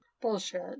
Bullshit